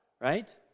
right